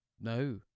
no